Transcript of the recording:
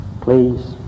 Please